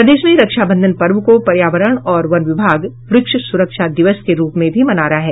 प्रदेश में रक्षाबंधन पर्व को पर्यावरण और वन विभाग वृक्ष सुरक्षा दिवस के रूप में भी मना रहा है